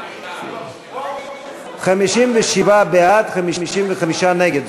נגד, 55. 57 בעד, 55 נגד.